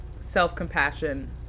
self-compassion